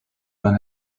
man